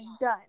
done